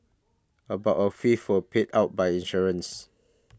about a fifth was paid out by insurance